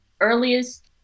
Earliest